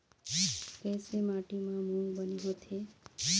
कइसे माटी म मूंग बने होथे?